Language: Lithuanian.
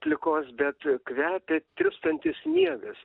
plikos bet kvepia tirpstantis sniegas